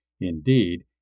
Indeed